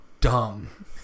dumb